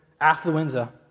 Affluenza